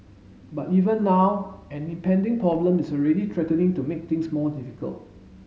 but even now an impending problem is already threatening to make things more difficult